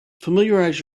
familiarize